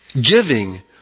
giving